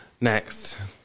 Next